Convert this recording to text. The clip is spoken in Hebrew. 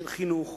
של חינוך